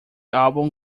album